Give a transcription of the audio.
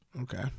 Okay